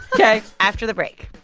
ok after the break